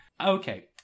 Okay